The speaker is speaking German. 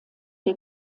der